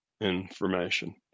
information